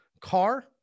car